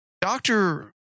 Doctor